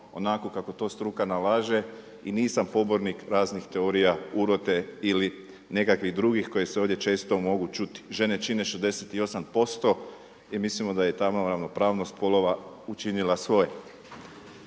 onako kako to struka nalaže i nisam pobornik raznih teorija urote ili nekakvih drugih koje se ovdje često mogu čuti. Žene čine 68% i mislimo da je tamo ravnopravnost spolova učinila svoje.